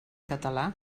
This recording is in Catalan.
català